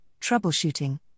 troubleshooting